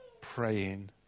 praying